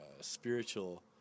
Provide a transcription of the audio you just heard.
spiritual